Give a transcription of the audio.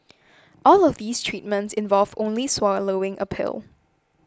all of these treatments involve only swallowing a pill